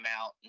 out